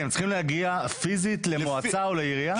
הם צריכים להגיע פיזית למועצה או לעירייה?